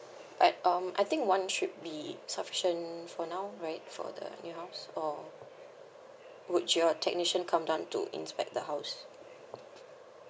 eh um I think one should be sufficient for now right for the new house or would your technician come down to inspect the house